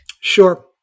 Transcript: Sure